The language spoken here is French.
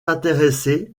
intéressés